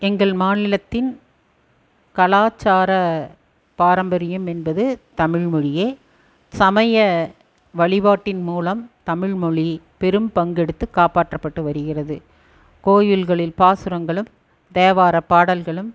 எங்கள் மாநிலத்தின் கலாச்சார பாரம்பரியம் என்பது தமிழ் மொழியே சமய வழிபாட்டின் மூலம் தமிழ் மொழி பெரும் பங்கு எடுத்து காப்பாற்றப்பட்டு வருகிறது கோயில்களில் பாசுரங்களும் தேவார பாடல்களும்